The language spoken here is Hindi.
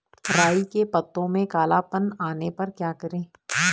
राई के पत्तों में काला पन आने पर क्या करें?